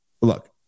look